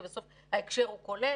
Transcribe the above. כי בסוף ההקשר הוא כולל